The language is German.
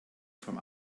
vom